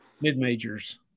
mid-majors